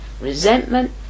resentment